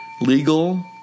Legal